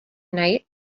night